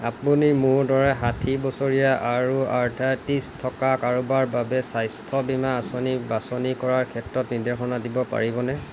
আপুনি মোৰ দৰে ষাঠি বছৰীয়া আৰু আৰ্থাইটিছ থকা কাৰোবাৰ বাবে স্বাস্থ্য বীমা আঁচনি বাছনি কৰাৰ ক্ষেত্ৰত নিৰ্দেশনা দিব পাৰিবনে